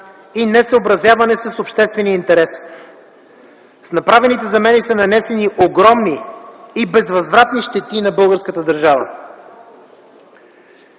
и несъобразяване с обществения интерес. С направените замени са нанесени огромни и безвъзвратни щети на българската държава.